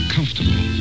Comfortable